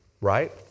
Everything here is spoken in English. Right